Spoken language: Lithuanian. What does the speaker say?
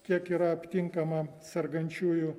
kiek yra aptinkama sergančiųjų